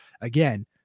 again